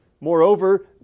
Moreover